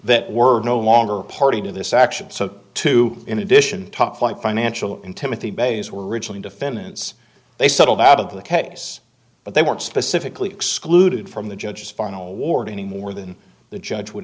that were no longer a party to this action so too in addition topflight financial intimately bays were originally defendants they settled out of the case but they weren't specifically excluded from the judge's final award any more than the judge would